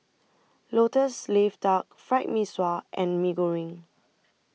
Lotus Leaf Duck Fried Mee Sua and Mee Goreng